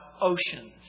oceans